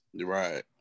Right